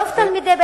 תיכון?